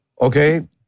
Okay